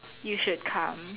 you should come